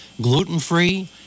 gluten-free